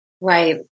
Right